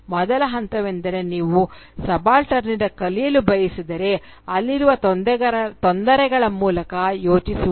ಮೊದಲ ಹಂತವೆಂದರೆ ನೀವು ಸಬಾಲ್ಟರ್ನ್ನಿಂದ ಕಲಿಯಲು ಬಯಸಿದರೆ ಅಲ್ಲಿರುವ ತೊಂದರೆಗಳ ಮೂಲಕ ಯೋಚಿಸುವುದು